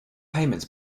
payment